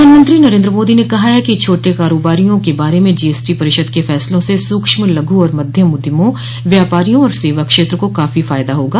प्रधानमंत्री नरेंद्र मोदी ने कहा है कि छोटे कारोबारियों के बारे में जीएसटी परिषद के फैसलों से सूक्ष्म लघु और मध्यम उद्यमों व्यापारियों और सेवा क्षेत्र को काफो फायदा होगा